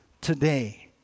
today